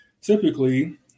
typically